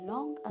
Long